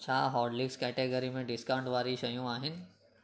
छा Horlicks category में discount वारियूं शयूं आहिनि